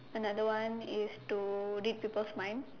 another one is to read people's mind